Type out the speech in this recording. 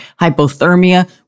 hypothermia